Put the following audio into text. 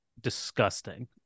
Disgusting